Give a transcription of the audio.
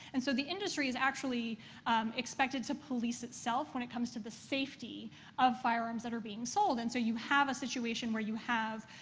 and so the industry's actually expected to police itself when it comes to the safety of firearms that are being sold. and so you have a situation where you have